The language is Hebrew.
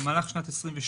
במהלך שנת 2022,